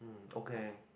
okay